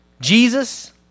Jesus